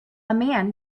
man